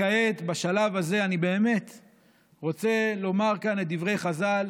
כעת בשלב הזה אני רוצה לומר כאן את דברי חז"ל